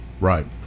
Right